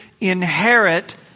inherit